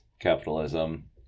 capitalism